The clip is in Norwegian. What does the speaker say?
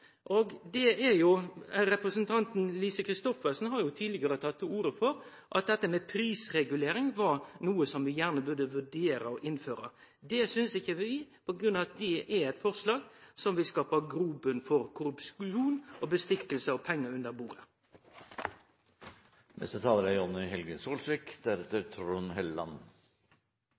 Lise Christoffersen har jo tidlegare tatt til orde for at dette med prisregulering var noko som vi gjerne burde vurdere å innføre. Det synest ikkje vi, på grunn av at det er eit forslag som vil skape grobotn for korrupsjon og bestikkingar og pengar under bordet. Når jeg ikke er